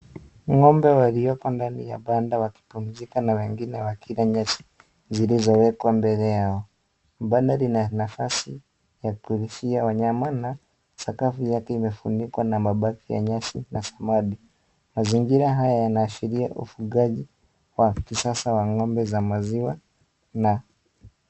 Ng'ombe walioko ndani ya banda wakipumzika na wengine wakila nyasi zilizowekwa mbele yao. Banda lina nafasi kulizia y wanyama na sakafu yake imefunikwa na mabaki ya nyasi na zamadi. Mazingira haya yanaashiria uvugaji wa kisasa wa ng'ombe za maziwa.